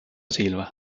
silva